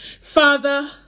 Father